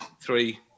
three